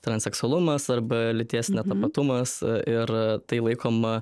transseksualumas arba lyties tapatumas ir tai laikoma